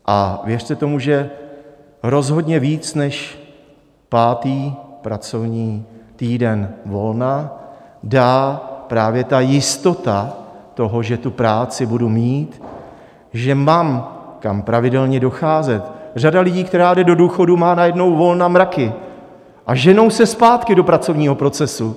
A věřte tomu, že rozhodně víc než pátý pracovní týden volna dá právě jistota toho, že tu práci budu mít, že mám kam pravidelně docházet řada lidí, která jde do důchodu, má najednou volna mraky a ženou se zpátky do pracovního procesu.